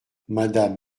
madame